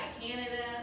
Canada